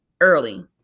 early